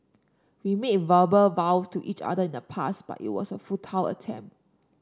we made verbal vow to each other in the past but it was a futile attempt